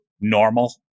normal